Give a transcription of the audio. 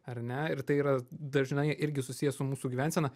ar ne ir tai yra dažnai irgi susiję su mūsų gyvensena